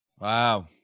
Wow